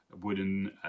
wooden